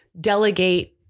delegate